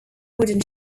wooden